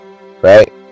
right